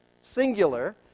singular